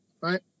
Right